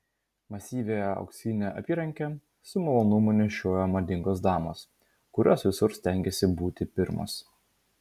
masyvią auksinę apyrankę su malonumu nešioja madingos damos kurios visur stengiasi būti pirmos